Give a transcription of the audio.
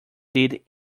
did